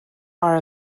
are